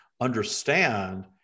understand